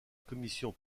commission